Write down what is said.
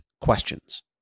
questions